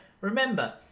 Remember